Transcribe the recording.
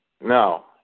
no